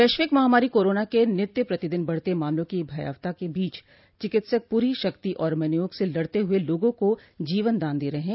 वैश्विक महामारी कोरोना के नित्य प्रतिदिन बढ़ते मामलों की भयावता के बीच चिकित्सक पूरी शक्ति और मनोयोग से लड़ते हुए लोगों को जीवन दान दे रहे हैं